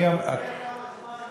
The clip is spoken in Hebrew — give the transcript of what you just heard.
אתה יודע כמה זמן?